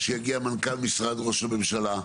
שיגיע מנכ"ל משרד ראש הממשלה,